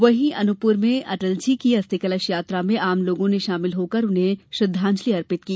वहीं अनूपपुर में अटलजी की अस्थि कलश यात्रा में आम लोगों ने शामिल होकर उन्हें श्रद्वांजलि अर्पित की